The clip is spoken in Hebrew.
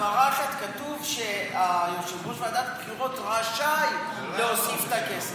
הבהרה אחת: כתוב שיושב-ראש ועדת הבחירות רשאי להוסיף את הכסף.